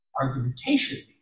argumentation